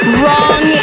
wrong